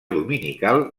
dominical